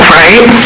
right